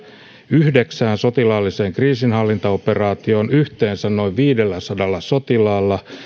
yhdeksään sotilaalliseen kriisinhallintaoperaatioon yhteensä noin viidelläsadalla sotilaalla